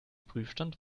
prüfstand